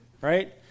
Right